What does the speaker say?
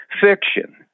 fiction